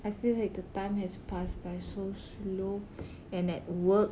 I feel like the time has passed by so slow and at work